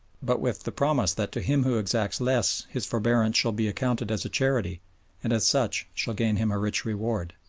but with the promise that to him who exacts less his forbearance shall be accounted as a charity and as such shall gain him a rich reward.